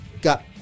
got